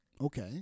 Okay